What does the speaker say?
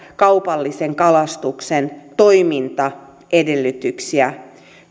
kaupallisen kalastuksen toimintaedellytyksiä